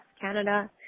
Canada